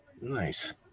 Nice